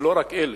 ולא רק אלה,